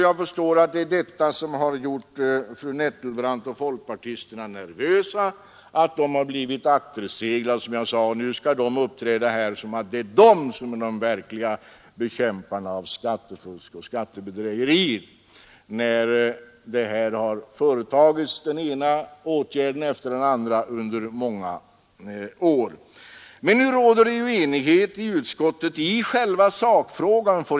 Jag förstår att fru Nettelbrandt och de övriga folkpartisterna har blivit nervösa när de märkt att de har blivit akterseglade. Nu försöker de uppträda som de verkliga bekämparna av skattefusk och skattebedrägeri, när sanningen är att den ena åtgärden efter den andra har vidtagits under många år. Men jag utgår från att det nu råder enighet i utskottet i själva sakfrågan.